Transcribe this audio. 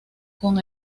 con